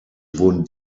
wurden